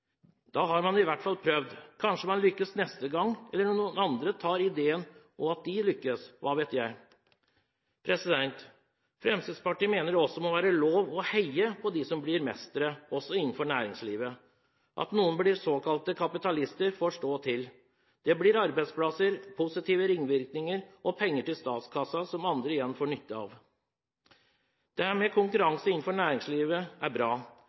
da har man i hvert fall prøvd. Kanskje man lykkes neste gang, eller at noen andre tar ideen og lykkes – hva vet jeg? Fremskrittspartiet mener det må være lov til å heie på dem som blir mestere, også innenfor næringslivet. At noen blir såkalte kapitalister, får stå til. Det blir arbeidsplasser, positive ringvirkninger og penger til statskassen, som andre igjen får nytte av. Konkurranse innenfor næringslivet er bra.